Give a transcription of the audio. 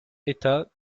états